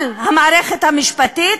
על המערכת המשפטית,